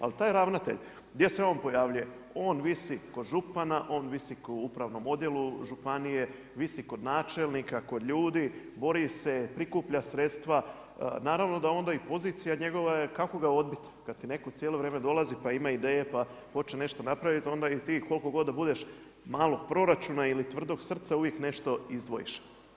Ali taj ravnatelj gdje se on pojavljuje, on visi kod župana, on visi u upravnom odjelu županije, visi kod načelnika, kod ljudi, bori se, prikuplja sredstva, naravno da onda i pozicija njegova je kako ga odbiti kada ti neko cijelo vrijeme dolazi pa ima ideje, pa hoće nešto napraviti onda i ti koliko god da budeš malog proračuna ili tvrdog srca uvijek nešto izdvojiš.